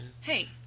hey